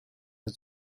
had